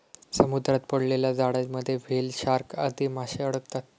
समुद्रात पडलेल्या जाळ्यांमध्ये व्हेल, शार्क आदी माशे अडकतात